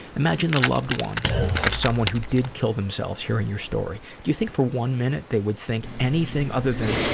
imagine the loved one of someone who did kill themselves hearing your story. you think for one minute they would think anything other than,